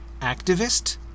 activist